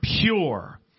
pure